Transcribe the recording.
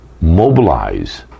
mobilize